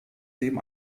dem